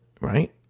right